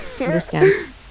Understand